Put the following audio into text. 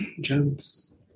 jumps